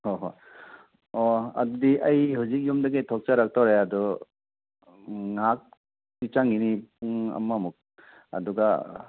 ꯍꯣꯏ ꯍꯣꯏ ꯑꯣ ꯑꯗꯨꯗꯤ ꯑꯩ ꯍꯧꯖꯤꯛ ꯌꯨꯝꯗꯒꯤ ꯊꯣꯛꯆꯔꯛꯇꯣꯔꯦ ꯑꯗꯨ ꯉꯥꯏꯍꯥꯛꯇꯤ ꯆꯪꯒꯤꯅꯤ ꯄꯨꯡ ꯑꯃꯃꯨꯛ ꯑꯗꯨꯒ